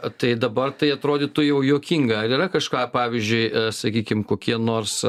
tai dabar tai atrodytų jau juokinga ar yra kažką pavyzdžiui sakykim kokie nors